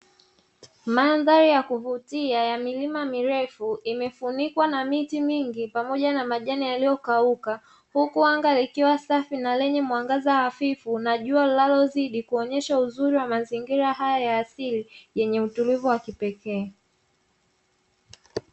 Mandhari ya kuvutia ya milima mirefu imefunikwa na miti mingi pamoja na majani yaliyokauka, huku anga likiwa safi na lenye mwangaza hafifu na jua linalozidi kuonyesha uzuri wa mazingira haya ya asili yenye utulivu wa kipekee.